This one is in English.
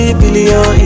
billion